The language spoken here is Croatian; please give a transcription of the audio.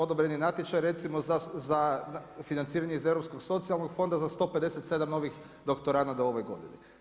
Odobren je natječaj recimo za financiranje iz Europskog socijalnog fonda za 157 novih doktoranada u ovoj godini.